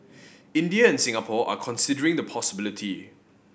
India and Singapore are considering the possibility